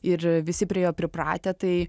ir visi prie jo pripratę tai